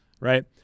right